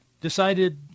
decided